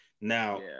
Now